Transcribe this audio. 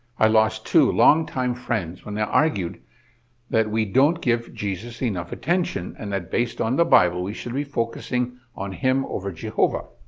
i lost two long-time friends when i argued that we don't give jesus enough attention and that based on the bible, we should be focusing on him over jehovah.